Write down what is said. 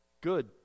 good